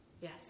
yes